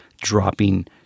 dropping